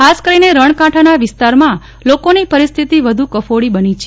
ખાસ કરીને રણ કાંઠાના વિસ્તારમાં લોકોની પરિસ્થિતિ વધુ કફોડી બની છે